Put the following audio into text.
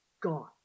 gone